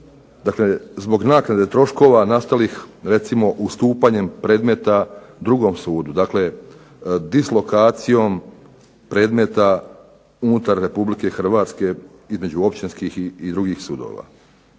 zbog naknade troškova nastalih recimo ustupanjem predmeta drugom sudu? Dakle, dislokacijom predmeta unutar RH između općinskih i drugih sudova.